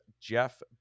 Jeff